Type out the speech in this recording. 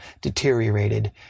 deteriorated